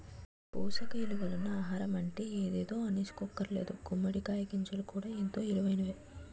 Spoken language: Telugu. పోసక ఇలువలున్న ఆహారమంటే ఎదేదో అనీసుకోక్కర్లేదు గుమ్మడి కాయ గింజలు కూడా ఎంతో ఇలువైనయే